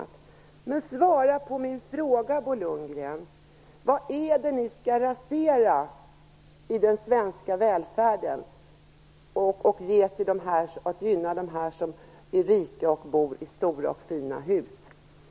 Svara på min fråga, Bo Lundgren: Vad är det ni skall rasera i den svenska välfärden och gynna dem som är rika och bor i stora och fina hus?